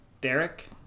Derek